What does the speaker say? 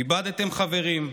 איבדתם חברים,